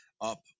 up